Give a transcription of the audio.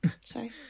sorry